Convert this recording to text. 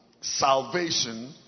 salvation